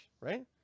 right